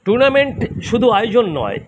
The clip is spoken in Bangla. টুর্নামেন্ট শুধু আয়োজন নয়